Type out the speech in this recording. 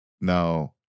Now